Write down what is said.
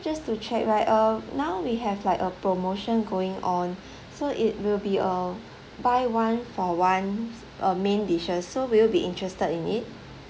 just to check right uh now we have like a promotion going on so it will be a buy one for one uh main dishes so will you be interested in it